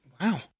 Wow